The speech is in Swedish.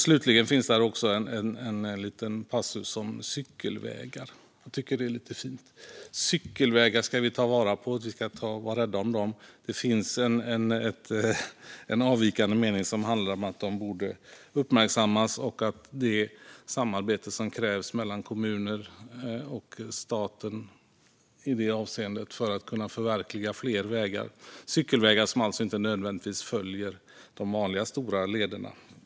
Slutligen finns det också en liten passus om cykelvägar. Jag tycker att det är lite fint. Cykelvägar ska vi ta vara på och vara rädda om. Det finns en avvikande mening som handlar om att de borde uppmärksammas och om det samarbete som krävs mellan kommunerna och staten i detta avseende för att man ska kunna förverkliga fler cykelvägar som inte nödvändigtvis följer de vanliga stora lederna.